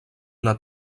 una